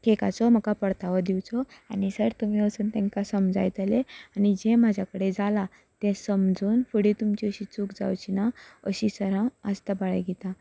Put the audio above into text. केकाचो म्हाका परतावो दिवचो आनी सर तुमी वचून तांकां समजायतले आनी जें म्हाज्या कडे जालां तें समजून फुडें तुमची अशी चूक जावची ना अशी सर हांव आस्त बाळगिता